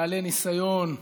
בעלי ניסיון,